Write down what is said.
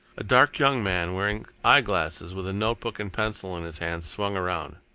a dark young man, wearing eyeglasses, with a notebook and pencil in his hand, swung around.